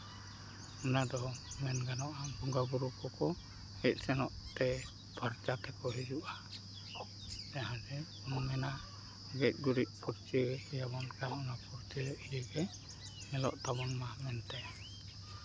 ᱚᱱᱟᱫᱚ ᱢᱮᱱ ᱜᱟᱱᱚᱜᱼᱟ ᱵᱚᱸᱜᱟ ᱵᱩᱨᱩ ᱠᱚᱠᱚ ᱦᱮᱡ ᱥᱮᱱᱚᱜᱼᱛᱮ ᱯᱷᱟᱨᱪᱟ ᱛᱮᱠᱚ ᱦᱤᱡᱩᱜᱼᱟ ᱡᱟᱦᱟᱸ ᱵᱚᱱ ᱢᱮᱱᱟ ᱜᱮᱡ ᱜᱩᱨᱤᱡ ᱯᱷᱟᱹᱨᱪᱟᱹᱭᱟᱵᱚᱱ ᱤᱭᱟᱹᱜᱮ ᱧᱮᱞᱚᱜ ᱛᱟᱵᱚᱱ ᱢᱟ ᱢᱮᱱᱛᱮ